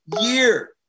year